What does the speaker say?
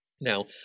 Now